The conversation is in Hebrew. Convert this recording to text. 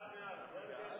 ההצעה